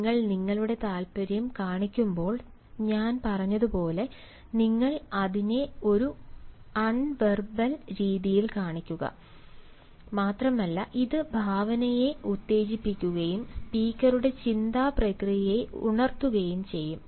നിങ്ങൾ നിങ്ങളുടെ താൽപ്പര്യം കാണിക്കുമ്പോൾ ഞാൻ പറഞ്ഞ രീതിയിൽ നിങ്ങൾ അതിനെ ഒരു അൺവെർബൽ രീതിയിൽ കാണിക്കുന്നു മാത്രമല്ല ഇത് ഭാവനയെ ഉത്തേജിപ്പിക്കുകയും സ്പീക്കറുടെ ചിന്താ പ്രക്രിയയെ ഉണർത്തുകയും ചെയ്യും